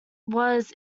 was